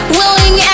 willing